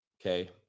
Okay